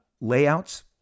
layouts